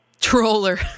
Troller